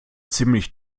ziemlich